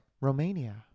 Romania